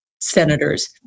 senators